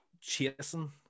chasing